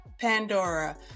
Pandora